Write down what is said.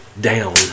down